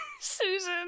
Susan